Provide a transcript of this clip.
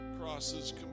crosses